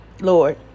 Lord